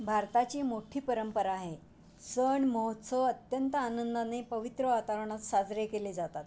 भारताची मोठी परंपरा आहे सण महोत्सव अत्यंत आनंदाने पवित्र वातावरणात साजरे केले जातात